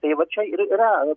tai vat čia ir yra